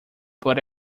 but